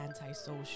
antisocial